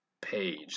page